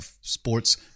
sports